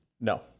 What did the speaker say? No